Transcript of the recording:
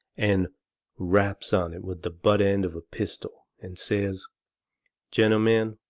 and raps on it with the butt end of a pistol, and says gentlemen,